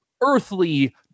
earthly